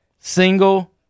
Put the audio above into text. single